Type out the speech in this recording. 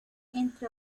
entre